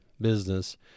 business